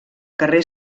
carrer